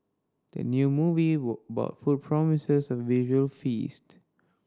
the new movie were about food promises a visual feast